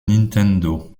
nintendo